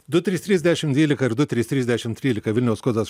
du trys trys dešim dvylika ir du trys trys dešim trylika vilniaus kodas